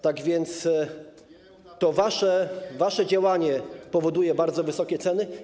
Tak więc to wasze działanie powoduje bardzo wysokie ceny.